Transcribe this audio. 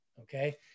okay